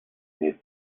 nel